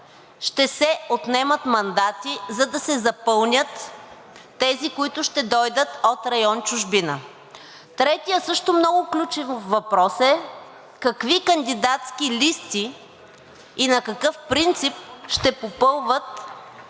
ще се отнемат мандати, за да се запълнят тези, които ще дойдат от район „Чужбина“. Третият също много ключов въпрос е: какви кандидатски листи и на какъв принцип ще попълват